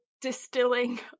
distilling